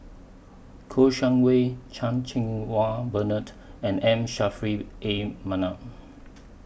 Kouo Shang Wei Chan Cheng Wah Bernard and M Saffri A Manaf